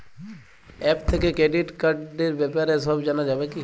App থেকে credit কার্ডর ব্যাপারে সব জানা যাবে কি?